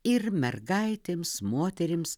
ir mergaitėms moterims